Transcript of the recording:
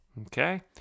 okay